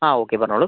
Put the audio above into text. ആ ഓക്കെ പറഞ്ഞോളൂ